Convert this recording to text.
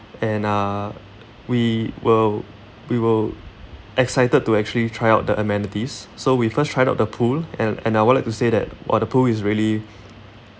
and uh we were we were excited to actually try out the amenities so we first tried out the pool and and I would like to say that !wah! the pool is really